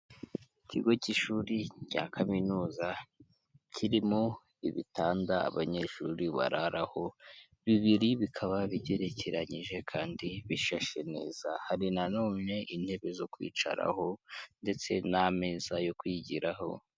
Ikigo cy'ishuri rya kaminuza kirimo ibitanda abanyeshuri bararaho, bibiri bikaba bigerekeranyije kandi bishashe neza, hari na none intebe zo kwicaraho ndetse n'ameza yo kwigiraho.